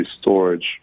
storage